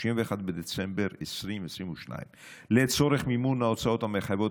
31 בדצמבר 2022. לצורך מימון ההוצאות המחויבות,